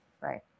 Right